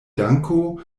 danko